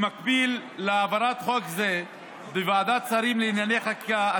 במקביל להעברת חוק זה בוועדת שרים לענייני חקיקה,